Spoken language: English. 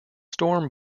storm